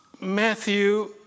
Matthew